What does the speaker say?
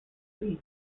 sea